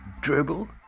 Dribble